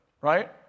right